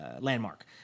landmark